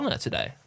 today